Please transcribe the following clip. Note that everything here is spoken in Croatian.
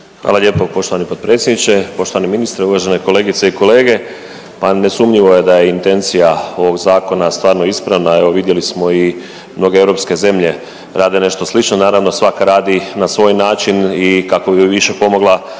Hvala lijepo poštovani potpredsjedniče, poštovani ministre, uvažene kolegice i kolege. Pa nesumnjivo je da je intencija ovog zakona stvarno ispravna, evo vidjeli smo i mnoge europske zemlje rade nešto slično, naravno svak radi na svoj način i kako bi više pomogla